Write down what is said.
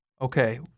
Okay